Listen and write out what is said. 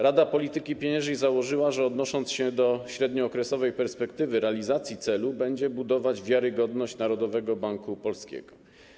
Rada Polityki Pieniężnej założyła, że odnosząc się do średniookresowej perspektywy realizacji celu, będzie budować wiarygodność Narodowego Banku Polskiego.